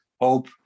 hope